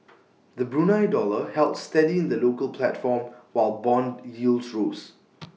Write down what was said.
the Brunei dollar held steady in the local platform while Bond yields rose